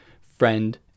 friend